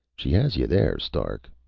she has you there, stark.